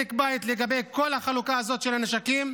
בדק בית לגבי כל החלוקה הזאת של הנשקים,